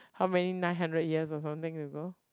how many nine hundred years or something you know